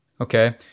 Okay